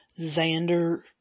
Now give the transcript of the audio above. Xander